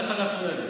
אתה יכול להפריע לי.